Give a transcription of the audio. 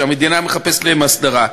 שהמדינה מחפשת להם הסדרה.